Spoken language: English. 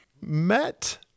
met